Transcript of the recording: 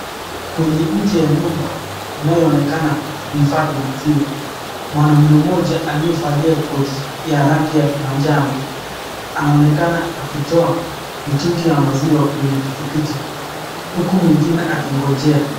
Kwenye nje ya nyumba inayoonekana kuhifadhi maziwa. Mwanaume mmoja aliyevalia koti ya rangi ya manjano anaonekana akitoa mitungi ya maziwa kwenye pikipiki uku mwingine akigonjea.